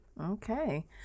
Okay